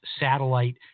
satellite